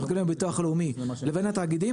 מקבלים מהביטוח הלאומי לבין התאגידים,